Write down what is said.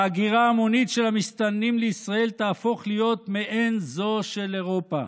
ההגירה ההמונית של המסתננים לישראל תהפוך להיות מעין זו של אירופה,